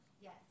yes